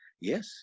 yes